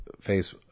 face